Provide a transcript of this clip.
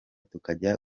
tukajya